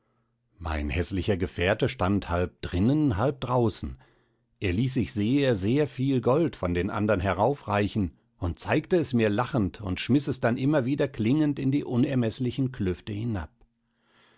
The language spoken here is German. mein häßlicher gefährte stand halb drinnen halb draußen er ließ sich sehr sehr viel gold von den andern heraufreichen und zeigte es mir lachend und schmiß es dann immer wieder klingend in die unermeßlichen klüfte hinab